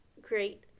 great